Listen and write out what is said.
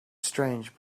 strange